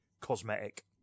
cosmetic